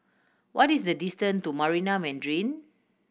what is the distant to Marina Mandarin